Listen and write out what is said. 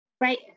Right